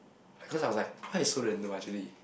because I was like why you so random actually